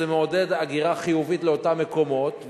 זה מעודד הגירה חיובית לאותם מקומות,